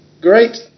great